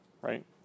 right